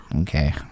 okay